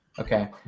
Okay